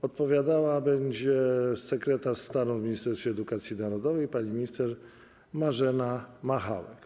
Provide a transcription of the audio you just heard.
Odpowiadała będzie sekretarz stanu w Ministerstwie Edukacji Narodowej pani minister Marzena Machałek.